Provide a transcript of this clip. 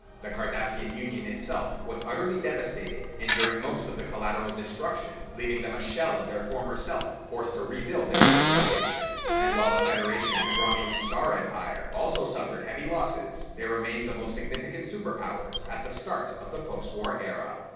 the cardassian union itself was utterly devastated, enduring most of the collateral destruction, leaving them a shell of their former self, forced to rebuild their civilization. and while the federation and romulan star empire, also suffered heavy losses, they remained the most significant super powers in the start of the post war era.